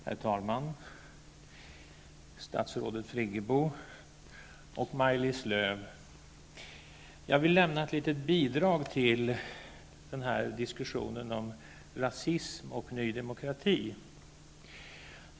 Herr talman! Statsrådet Friggebo och Maj-Lis Lööw: Jag vill lämna ett litet bidrag till diskussionen om rasism och Ny Demokrati.